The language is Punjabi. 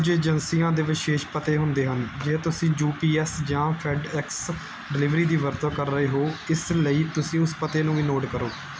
ਕਝ ਏਜੰਸੀਆਂ ਦੇ ਵਿਸ਼ੇਸ਼ ਪਤੇ ਹੁੰਦੇ ਹਨ ਜੇ ਤੁਸੀਂ ਯੂਪੀਐੱਸ ਜਾਂ ਫੈਡਐਕਸ ਡਿਲਿਵਰੀ ਦੀ ਵਰਤੋਂ ਕਰ ਰਹੇ ਹੋ ਇਸ ਲਈ ਤੁਸੀਂ ਉਸ ਪਤੇ ਨੂੰ ਵੀ ਨੋਟ ਕਰੋ